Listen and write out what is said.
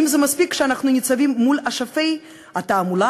האם זה מספיק כשאנחנו ניצבים מול אשפי התעמולה,